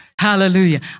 Hallelujah